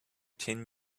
ten